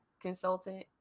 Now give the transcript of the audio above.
consultant